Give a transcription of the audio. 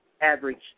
average